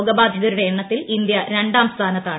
രോഗബാധിതരുടെ എണ്ണത്തിൽ ഇന്ത്യ രണ്ടാം സ്ഥാനത്താണ്